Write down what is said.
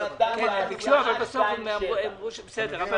גם לקטע שאם תבוא עמותה מסוימת ותגיד: